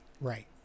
Right